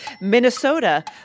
Minnesota